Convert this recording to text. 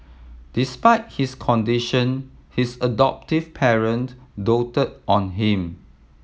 despite his condition his adoptive parent doted on him